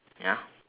ya